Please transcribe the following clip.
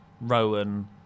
Rowan